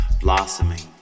Blossoming